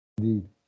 indeed